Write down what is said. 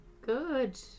Good